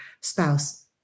spouse